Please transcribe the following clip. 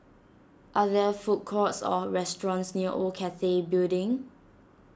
are there food courts or restaurants near Old Cathay Building